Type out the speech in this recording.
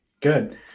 Good